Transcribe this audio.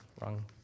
Wrong